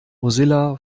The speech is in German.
mozilla